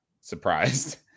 surprised